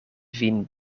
vin